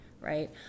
right